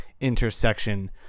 intersection